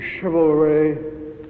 chivalry